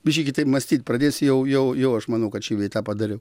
biškį kitaip mąstyt pradės jau jau jau aš manau kad šį bei tą padariau